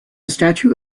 statue